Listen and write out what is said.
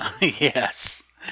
Yes